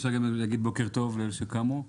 אפשר להגיד בוקר טוב לאלה שקמו,